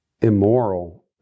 immoral